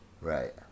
Right